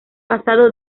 pasado